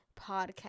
podcast